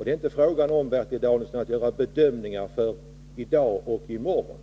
med mycket annat. Det är inte fråga om att göra bedömningar för i dag och i morgon.